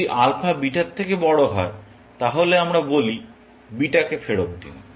যদি alpha beta থেকে বড় হয় তাহলে আমরা বলি বিটা ফেরত দিন